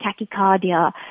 tachycardia